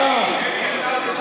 אלי אבידר.